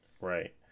Right